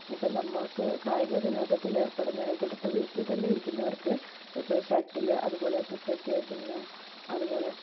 ഇപ്പോൾ നമ്മൾക്ക് കായിക വിനോദത്തിൽ ഏർപ്പെടുന്നോരായിക്കോട്ടെ ഇപ്പോൾ വീട്ടിൽ തന്നെയിരിക്കുന്നവർക്ക് ഇപ്പോൾ ഷട്ടിൽ അതുപോലെ ക്രിക്കറ്റ് പിന്നെ അതുപോലെ